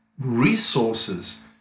resources